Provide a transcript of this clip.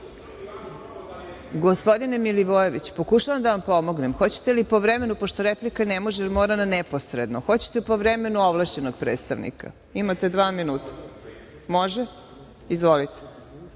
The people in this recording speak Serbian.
spomenuo.)Gospodine Milivojeviću, pokušavam da vam pomognem. Hoćete li po vremenu pošto replika ne može jer mora na neposredno? Hoćete po vremenu ovlašćenog predstavnika? Imate dva minuta. Može? Izvolite.